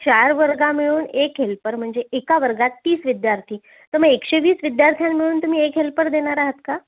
चार वर्ग मिळून एक हेल्पर म्हणजे एका वर्गात तीस विद्यार्थी तर मग एकशे वीस विद्यार्थ्यां मिळून तुम्ही एक हेल्पर देणार आहात का